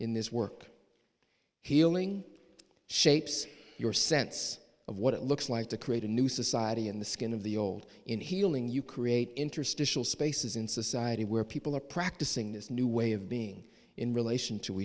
in this work healing shapes your sense of what it looks like to create a new society in the skin of the old in healing you create interstitial spaces in society where people are practicing this new way of being in relation to